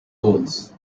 rolls